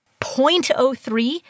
0.03